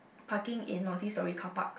parking in multi storey car park